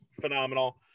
phenomenal